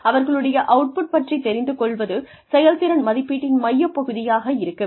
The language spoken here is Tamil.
அவர்களுடைய அவுட்புட் பற்றித் தெரிந்து கொள்வது செயல்திறன் மதிப்பீட்டின் மையப் பகுதியாக இருக்க வேண்டும்